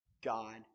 God